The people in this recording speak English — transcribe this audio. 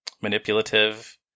manipulative